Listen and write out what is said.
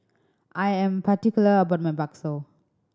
I am particular about my bakso